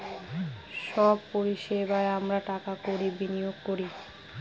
সব পরিষেবায় আমরা টাকা কড়ি বিনিয়োগ করি